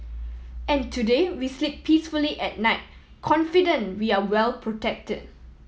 and today we sleep peacefully at night confident we are well protected